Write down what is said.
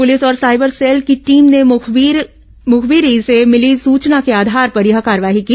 police और cyber cell की team ने मुखबिर से मिली सूचना के आधार पर यह कार्रवाई की